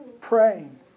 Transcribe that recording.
praying